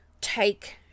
take